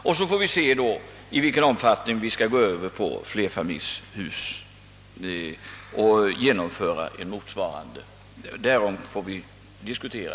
Vi får sedan diskutera om vi skall genomföra en motsva